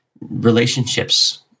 relationships